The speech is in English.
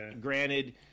granted